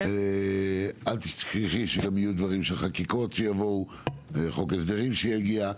אל תשכחי שגם יהיו חקיקות שיגיעו וחוק הסדרים שיגיע,